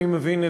אני מבין,